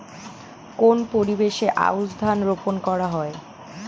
কোন পরিবেশে আউশ ধান রোপন করা হয়?